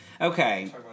Okay